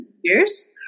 years